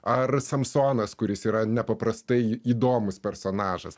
ar samsonas kuris yra nepaprastai įdomus personažas